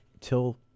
till